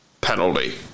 penalty